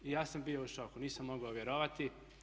Ja sam bio u šoku, nisam mogao vjerovati.